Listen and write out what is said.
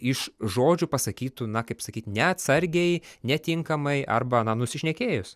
iš žodžių pasakytų na kaip sakyt neatsargiai netinkamai arba na nusišnekėjus